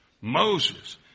Moses